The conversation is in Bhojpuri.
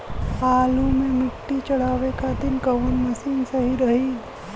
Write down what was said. आलू मे मिट्टी चढ़ावे खातिन कवन मशीन सही रही?